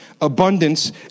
abundance